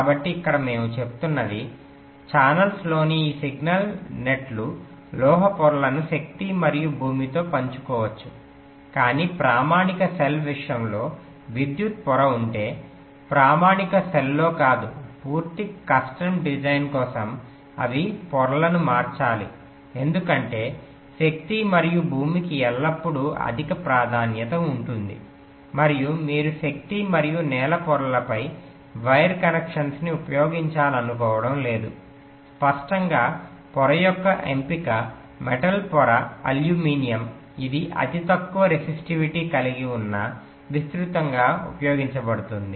కాబట్టి ఇక్కడ మేము చెప్తున్నది ఛానెల్లలోని ఈ సిగ్నల్ నెట్లు లోహ పొరలను శక్తి మరియు భూమితో పంచుకోవచ్చు కాని ప్రామాణిక సెల్ విషయంలో విద్యుత్ పొర ఉంటే ప్రామాణిక సెల్లో కాదు పూర్తి కస్టమ్ డిజైన్ కోసం అవి పొరలను మార్చాలి ఎందుకంటే శక్తి మరియు భూమికి ఎల్లప్పుడూ అధిక ప్రాధాన్యత ఉంటుంది మరియు మీరు శక్తి మరియు నేల పొరలపై వైర్ కనెక్షన్ని ఉపయోగించాలనుకోవడం లేదు స్పష్టంగా పొర యొక్క ఎంపిక మెటల్ పొర అల్యూమినియంఇది అతి తక్కువ రెసిస్టివిటీని కలిగి ఉన్న విస్తృతంగా ఉపయోగించబడుతుంది